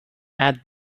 add